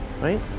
right